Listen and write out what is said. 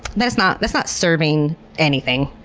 that's not that's not serving anything.